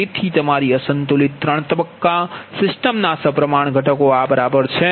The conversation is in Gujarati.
તેથી તમારી અસંતુલિત ત્રણ તબક્કા સિસ્ટમના સપ્રમાણ ઘટકો આ બરાબર છે